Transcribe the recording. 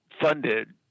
funded